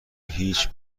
هیچ